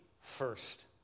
first